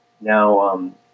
Now